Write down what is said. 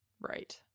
right